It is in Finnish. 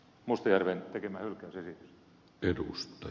mustajärven tekemää hylkäysesitystä